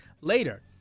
later